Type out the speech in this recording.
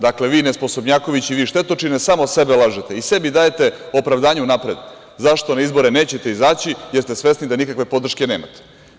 Dakle, vi nesposobnjakovići, vi štetočine, samo sebe lažete i sebi dajete opravdanje unapred zašto na izbore nećete izaći, jer ste svesni da nikakve podrške nemate.